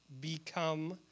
become